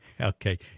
Okay